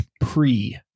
pre